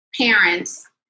parents